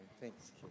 Thanks